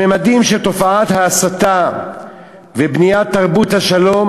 הממדים של תופעת ההסתה ובניית תרבות השלום